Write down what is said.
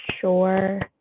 sure